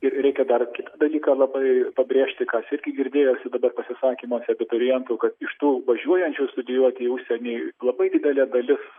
ir reikia dar kitą dalyką labai pabrėžti kas irgi girdėjosi dabar pasisakymuose abiturientų kad iš tų važiuojančių studijuoti į užsienį labai didelė dalis